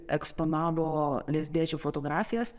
eksponavo lesbiečių fotografijas